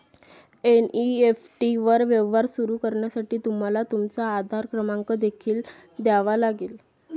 NEFT वर व्यवहार सुरू करण्यासाठी तुम्हाला तुमचा आधार क्रमांक देखील द्यावा लागेल